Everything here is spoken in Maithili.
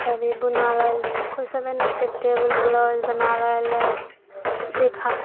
तऽ अभी बुनाबै लए किछु सब एहनो छै टेबुल क्लॉथ सब बनाबै लए सिखा